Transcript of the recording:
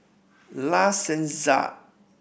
La Senza